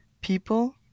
people